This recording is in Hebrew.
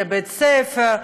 לבית-ספר,